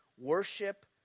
worship